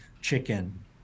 chicken